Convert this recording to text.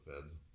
feds